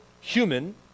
human